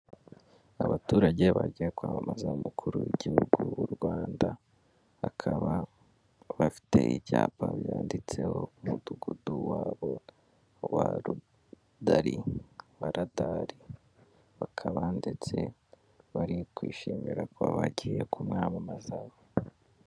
abaturage bagiye kwamamaza umukuru w'igihugu w'u Rwanda bakaba bafite ibyapa byanditseho mudugudu wabo wa Radari, bakaba ndetse bari kwishimira ko bagiye kumwamamaza.